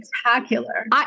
spectacular